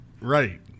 right